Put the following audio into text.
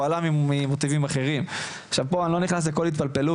עלה בגלל מוטיבים אחרים ופה אני לא נכנס לכל התפלפלות,